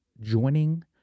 joining